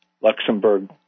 Luxembourg